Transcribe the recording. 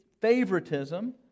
favoritism